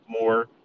more